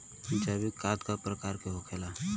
जैविक खाद का प्रकार के होखे ला?